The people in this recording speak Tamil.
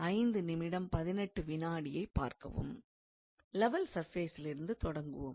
லெவல் சர்ஃபேசிலிருந்து தொடங்குவோம்